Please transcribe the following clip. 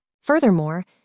Furthermore